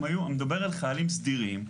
אני מדבר על חיילים סדירים,